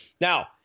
Now